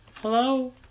Hello